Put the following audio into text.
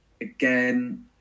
again